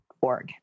org